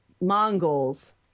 Mongols